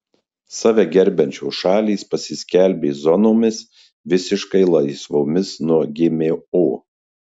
save gerbiančios šalys pasiskelbė zonomis visiškai laisvomis nuo gmo